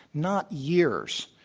not years.